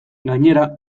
gainera